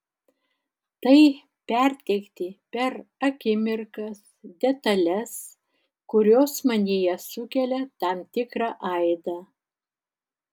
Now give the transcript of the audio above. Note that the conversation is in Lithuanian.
tai perteikti per akimirkas detales kurios manyje sukelia tam tikrą aidą